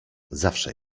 zawsze